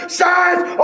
science